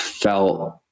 felt